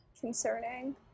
concerning